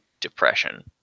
depression